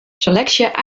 seleksje